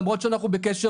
למרות שאנחנו בקשר